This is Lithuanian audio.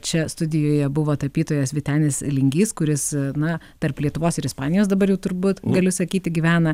čia studijoje buvo tapytojas vytenis lingys kuris na tarp lietuvos ir ispanijos dabar jau turbūt galiu sakyti gyvena